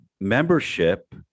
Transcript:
membership